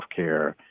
healthcare